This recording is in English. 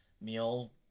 meal